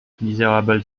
miserable